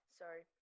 sorry